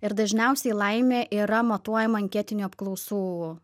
ir dažniausiai laimė yra matuojama anketinių apklausų